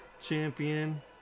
Champion